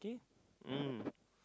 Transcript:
okay mm